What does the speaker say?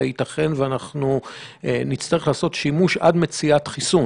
ייתכן שנצטרך לעשות בו שימוש עד מציאת חיסון.